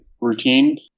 routine